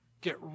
get